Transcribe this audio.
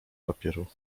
papieru